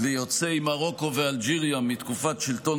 ליוצאי מרוקו ואלג'יריה מתקופת שלטון